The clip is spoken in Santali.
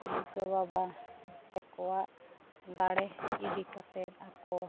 ᱛᱤᱞᱠᱟᱹ ᱵᱟᱵᱟ ᱛᱟᱠᱚᱣᱟᱜ ᱫᱟᱲᱮ ᱤᱫᱤ ᱠᱟᱛᱮᱫ ᱟᱠᱚ